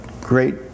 great